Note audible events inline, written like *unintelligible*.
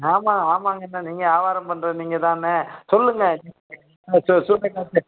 ஆமாம் ஆமாங்கண்ணே நீங்கள் வியாவாரம் பண்ணுற நீங்கள்தாண்ணே சொல்லுங்கள் சொ *unintelligible*